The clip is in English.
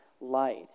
light